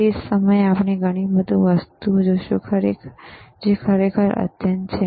તે જ સમયે આપણે ઘણી બધી વસ્તુઓ જોશું જે ખરેખર અદ્યતન છે